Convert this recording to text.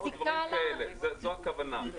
זאת הכוונה.